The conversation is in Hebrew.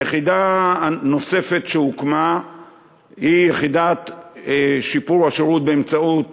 היחידה הנוספת שהוקמה היא יחידת שיפור השירות באמצעות